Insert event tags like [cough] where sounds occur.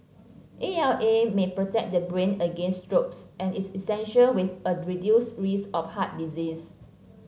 A L A may protect the brain against strokes and is [unintelligible] with a reduced risk of heart disease